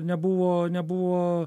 nebuvo nebuvo